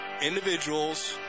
individuals